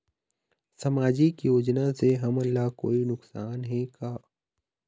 सामाजिक योजना से हमन ला कोई नुकसान हे का?